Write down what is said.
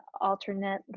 alternate